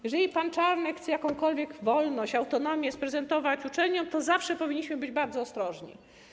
Jeżeli pan Czarnek chce jakąkolwiek wolność, autonomię sprezentować uczelniom, to zawsze powinniśmy być bardzo ostrożni.